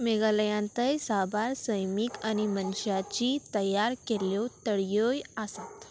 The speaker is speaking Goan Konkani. मेघालयांतय साबार सैमीक आनी मनशाची तयार केल्ल्यो तळयोय आसात